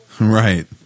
Right